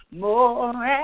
more